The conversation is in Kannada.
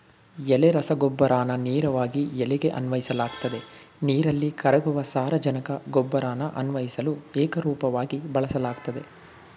ಎಲೆ ರಸಗೊಬ್ಬರನ ನೇರವಾಗಿ ಎಲೆಗೆ ಅನ್ವಯಿಸಲಾಗ್ತದೆ ನೀರಲ್ಲಿ ಕರಗುವ ಸಾರಜನಕ ಗೊಬ್ಬರನ ಅನ್ವಯಿಸಲು ಏಕರೂಪವಾಗಿ ಬಳಸಲಾಗ್ತದೆ